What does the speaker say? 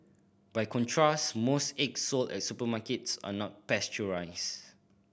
by contrast most eggs sold at supermarkets are not pasteurised